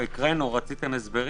רציתם הסברים